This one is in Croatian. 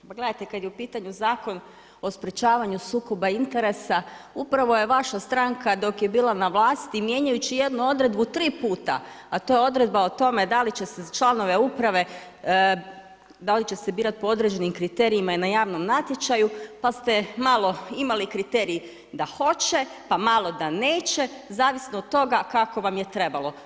Pa gledajte kad je u pitanju Zakon o sprječavanju sukoba interesa, upravo je vaša stranka dok je bila na vlasti, mijenjajući jednu odredbu 3 puta, a to je odredba o tome da li će se članove uprave, da li će se birat po određenim kriterijima i na javnom natječaju pa ste malo imali kriterij da hoće, pa malo da neće, zavisno od toga kako vam je trebalo.